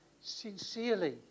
sincerely